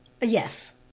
Yes